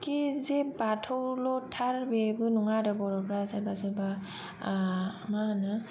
खि जे बाथौल' थार बेबो नङा आरो बर'फ्रा सोरबा सोरबा मा होनो